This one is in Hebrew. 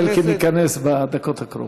כנראה השר אלקין ייכנס בדקות הקרובות.